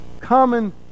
common